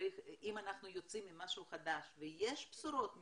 אם אנחנו יוצאים עם משהו חדש ויש בשורות מהממשלה,